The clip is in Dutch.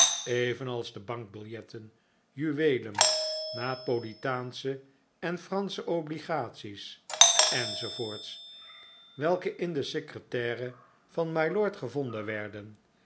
evenals de bankbiljetten juweelen napolitaansche en fransche obligaties enz welke in de secretaire van mylord gevonden werden